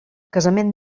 casament